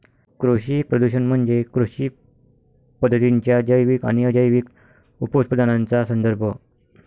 कृषी प्रदूषण म्हणजे कृषी पद्धतींच्या जैविक आणि अजैविक उपउत्पादनांचा संदर्भ